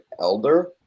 Elder